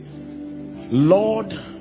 Lord